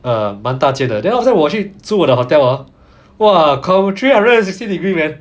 uh 蛮大间的 leh then after that 我去住的 hotel ah !wah! cover three hundred and sixty degree man